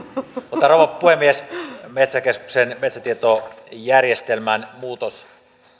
mutta rouva puhemies metsäkeskuksen metsätietojärjestelmän muutos